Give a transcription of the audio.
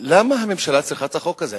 למה הממשלה צריכה את החוק הזה?